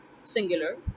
singular